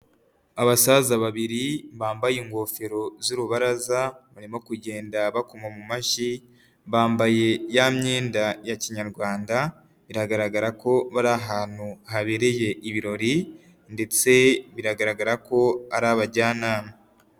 Abasaza babiri bambaye ingofero z'urubaraza barimo kugenda bakoma mu mashyi bambaye ya myenda ya kinyarwanda biragaragara ko bari ahantu habereye ibirori ndetse biragaragara ko ari abajyanama.